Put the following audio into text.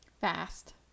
Fast